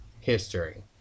history